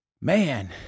man